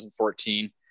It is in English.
2014